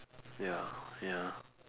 ya ya